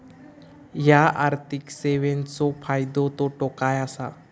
हया आर्थिक सेवेंचो फायदो तोटो काय आसा?